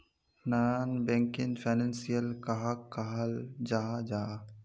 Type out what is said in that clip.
Non banking financial कहाक कहाल जाहा जाहा?